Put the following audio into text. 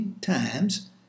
times